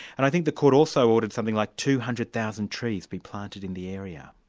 and i think the court also ordered something like two hundred thousand trees be planted in the area.